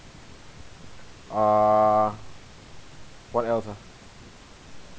err what else ah